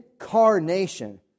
incarnation